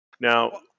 Now